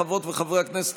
חברות וחברי הכנסת,